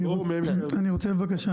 אני רוצה בבקשה,